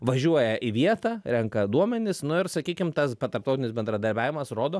važiuoja į vietą renka duomenis nu ir sakykim tas tarptautinis bendradarbiavimas rodo